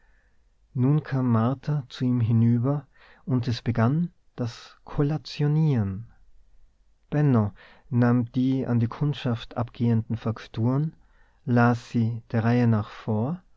nun kam martha zu ihm hinüber und es begann das kollationieren benno nahm die an die kundschaft abgehenden fakturen las sie der reihe nach vor